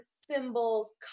symbols